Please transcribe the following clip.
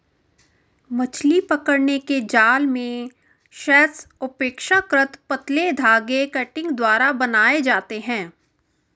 मछली पकड़ने के जाल मेशेस अपेक्षाकृत पतले धागे कंटिंग द्वारा बनाये जाते है